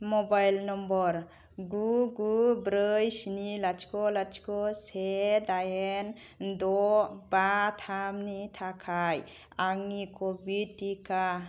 mobile number गु गु ब्रै स्नि लाथिख' लाथिख' से दाइन ड' बा थामनि थाखाय आंनि क'विड टिका